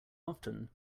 often